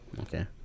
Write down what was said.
Okay